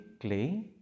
clay